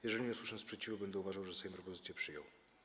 Jeżeli nie usłyszę sprzeciwu, będę uważał, że Sejm propozycję przyjął.